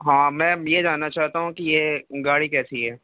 ہاں میم یہ جاننا چاہتا ہوں کہ یہ گاڑی کیسی ہے